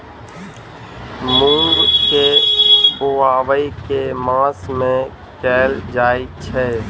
मूँग केँ बोवाई केँ मास मे कैल जाएँ छैय?